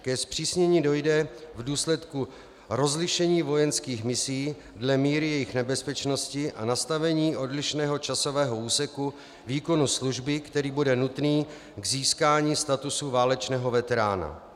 Ke zpřísnění dojde v důsledku rozlišení vojenských misí dle míry jejich nebezpečnosti a nastavení odlišného časového úseku výkonu služby, který bude nutný k získání statusu válečného veterána.